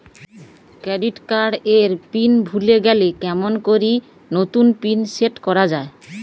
Credit card এর pin ভুলে গেলে কেমন করি নতুন পিন সেট করা য়ায়?